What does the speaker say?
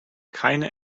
keine